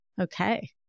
Okay